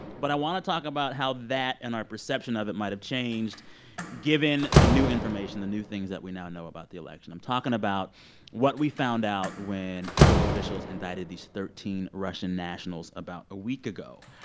but i want to talk about that and our perception of it might have changed given the new information, the new things that we now know about the election. i'm talking about what we found out when federal officials indicted these thirteen russian nationals about a week ago.